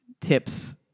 tips